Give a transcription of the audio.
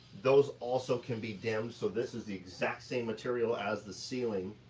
those also can be dimmed. so this is the exact same material as the ceiling,